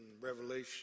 Revelation